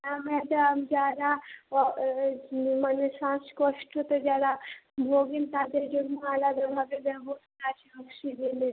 হ্যাঁ ম্যাডাম যা যা অ মানে শ্বাসকষ্টতে যারা ভোগেন তাদের জন্য আলাদাভাবে ব্যবস্থা আছে অক্সিজেনের